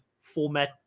format